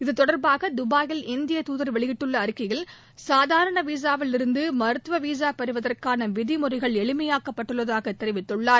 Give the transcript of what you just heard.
இது தொடர்பாக துபாயில் இந்திய தூதர் வெளியிட்டுள்ள அறிக்கையில் சாதாரண விசா விலிருந்து மருத்துவ விசா பெறுவதற்கான விதிமுறைகள் எளிமையாக்கப்பட்டுள்ளதாகத் தெரிவித்துள்ளார்